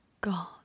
god